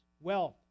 wealth